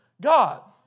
God